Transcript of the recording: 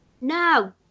No